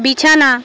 বিছানা